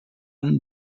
han